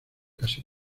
casi